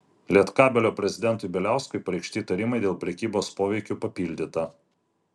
lietkabelio prezidentui bieliauskui pareikšti įtarimai dėl prekybos poveikiu papildyta